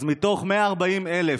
אז מתוך 140,000